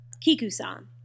Kiku-san